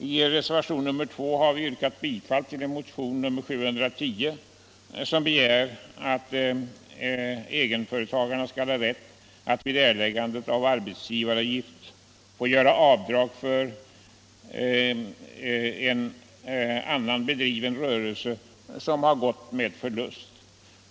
I reservationen 2 har vi yrkat bifall till motionen 710 som begär att egenföretagare skall ha rätt att vid erläggande av arbetsgivaravgift få göra avdrag för en annan bedriven rörelse som gått med förlust.